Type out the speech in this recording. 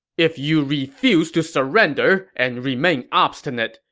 if you refuse to surrender and remain obstinate,